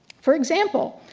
for example,